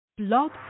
Blog